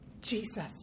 Jesus